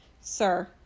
sir